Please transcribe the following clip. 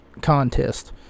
contest